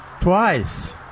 twice